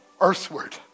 earthward